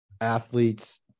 athletes